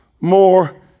more